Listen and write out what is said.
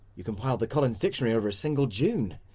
you compiled the collins dictionary over a single june.